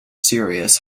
serious